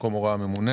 במקום הורה הממונה,